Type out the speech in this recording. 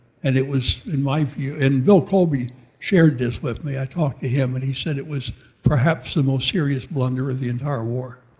and it was, in my view, and bill colby shared this with me. i talked to him and he said it was perhaps the most serious blunder of the entire war.